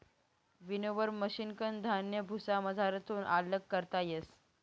winnower मशिनकन धान्य भुसामझारथून आल्लग करता येस